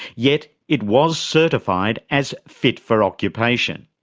yet it was certified as fit for occupation.